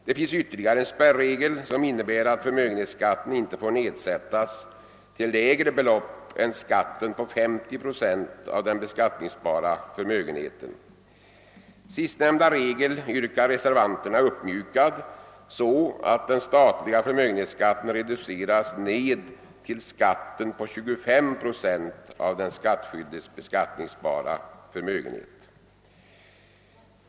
Det finns ytterligare en spärregel, som innebär att förmögenhetsskatten inte får nedsättas till lägre belopp än skatten på 50 procent av den beskattningsbara förmögenheten. Denna regel vill reservanterna få uppmjukad så, att den statliga förmögenhetsskatten reduceras ned till skatten på 25 procent av den skattskyldiges beskattningsbara förmögenhet.